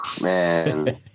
Man